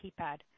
keypad